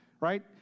right